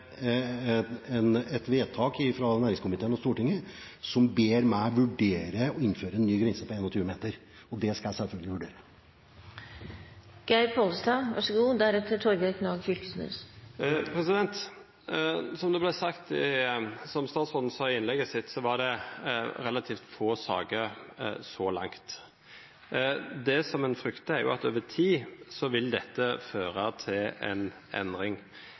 vedtak fra næringskomiteen og Stortinget, som ber meg vurdere å innføre en ny grense på 21 meter. Det skal jeg selvfølgelig vurdere. Som statsråden sa i innlegget sitt, har det vore relativt få saker så langt. Det ein fryktar, er at dette over tid vil føra til ei endring.